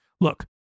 Look